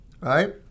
right